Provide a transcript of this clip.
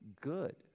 good